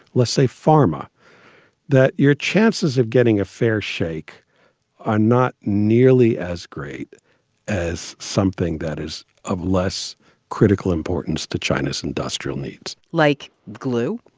let's say pharma that your chances of getting a fair shake are not nearly as great as something that is of less critical importance to china's industrial needs like glue?